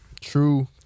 true